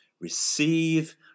receive